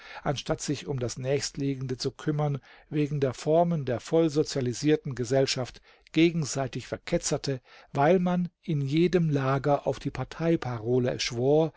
anstatt sich um das nächstliegende zu kümmern wegen der formen der vollsozialisierten gesellschaft gegenseitig verketzerte weil man in jedem lager auf die parteiparole schwor